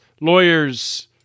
lawyers